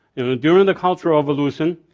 during the cultural revolution,